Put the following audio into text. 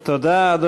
תודה.